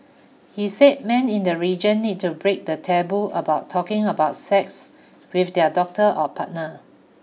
he said men in the region need to break the taboo about talking about sex with their doctor or partner